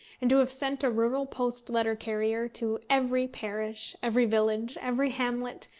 and to have sent a rural post letter-carrier to every parish, every village, every hamlet,